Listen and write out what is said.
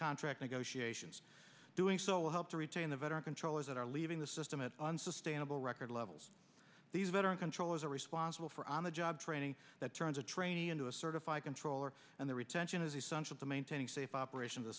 contract negotiations doing so will help to retain the veteran controllers that are leaving the system at unsustainable record levels these veteran controllers are responsible for on the job training that turns a trainee into a certified controller and the retention is essential to maintaining safe operations the